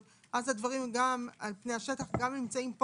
אז הדברים הם גם על פני השטח, והם גם נמצאים פה